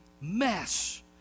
mess